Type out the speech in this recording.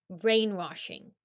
brainwashing